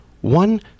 one